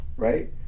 Right